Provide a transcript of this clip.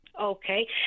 Okay